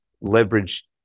leverage